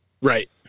Right